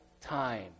time